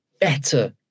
better